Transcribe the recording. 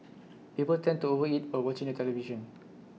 people tend to over eat while watching the television